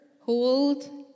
Hold